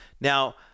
Now